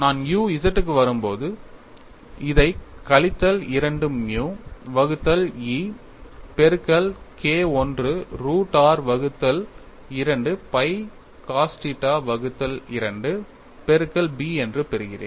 நான் u z க்கு வரும்போது இதை கழித்தல் 2 மியூ வகுத்தல் E பெருக்கல் K I ரூட் r வகுத்தல் 2 pi cos θ வகுத்தல் 2 பெருக்கல் B என்று பெறுகிறேன்